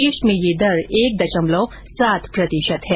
देश में यह दर एक दशमलव सात प्रतिशत है